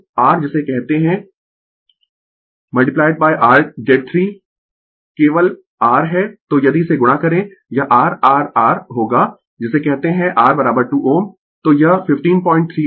r जिसे कहते है r Z 3 केवल R है तो यदि इसे गुणा करें यह r Rr होगा जिसे कहते है R 2 Ω